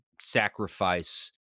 sacrifice